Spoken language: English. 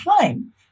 time